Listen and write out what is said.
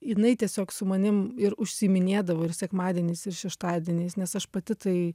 jinai tiesiog su manim ir užsiiminėdavo ir sekmadieniais ir šeštadieniais nes aš pati tai